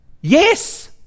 Yes